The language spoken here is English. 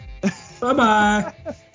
Bye-bye